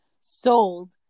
sold